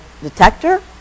detector